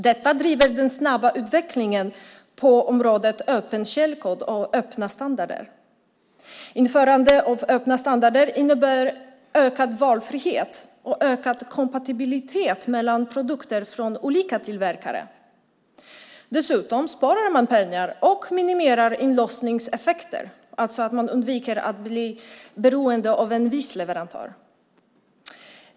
Detta driver på den snabba utvecklingen på områdena öppen källkod och öppna standarder. Införande av öppna standarder innebär ökad valfrihet och ökad kompatibilitet mellan produkter från olika tillverkare. Dessutom sparar man pengar och minimerar inlåsningseffekter, det vill säga man undviker att bli beroende av en viss leverantör.